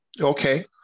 Okay